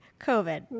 COVID